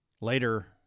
later